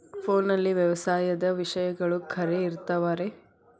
ಫೋನಲ್ಲಿ ವ್ಯವಸಾಯದ ವಿಷಯಗಳು ಖರೇ ಇರತಾವ್ ರೇ?